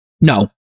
No